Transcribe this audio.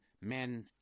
men